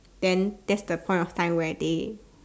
then that's the point of time where they